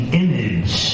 image